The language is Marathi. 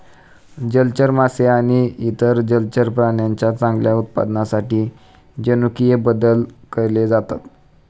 जलचर मासे आणि इतर जलचर प्राण्यांच्या चांगल्या उत्पादनासाठी जनुकीय बदल केले जातात